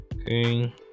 Okay